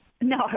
No